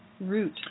root